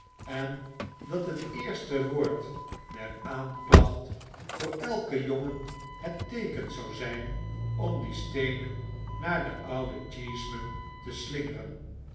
en dat het eerste woord der aanklacht voor elken jongen het teeken zou z jn om die steenen naar den ouden cheeseman te slingeren